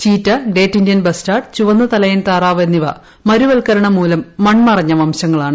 cheetah great Indian bustard ചുവന്ന തലയൻ താറാവ് എന്നിവ മരുവൽക്കരണം മൂലം മൺ മറഞ്ഞ വംശങ്ങളാണ്